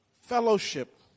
fellowship